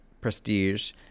prestige